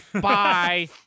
Bye